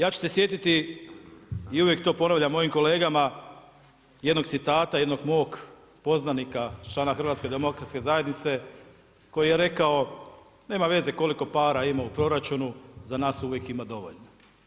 Ja ću se sjetiti i uvijek to ponavljam mojim kolegama jednog citata jednog mog poznanika člana HDZ-a koji je rekao, nema veze koliko para ima u proračunu za nas uvijek ima dovoljno.